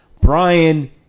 Brian